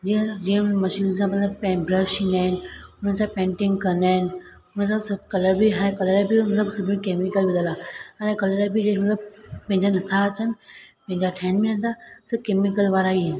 जीअं जीअं मशीन सां मतलबु पेंट ब्रश ईंदा आहिनि हुन सां पेंटिंग कंदा आहिनि हुन सां सभु कलर बि हाणे कलर बि मतलबु सभई केमिकल विधल आहे हाणे कलर बि जीअं मतलबु पंहिंजा नथा अचनि पंहिंजा ठाहिनि नथा सभु केमिकल वारा ई आहिनि